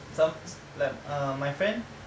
some like uh my friend